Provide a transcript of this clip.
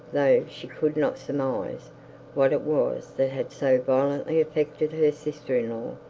though she could not surmise what it was that had so violently affected her sister-in-law,